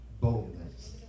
boldness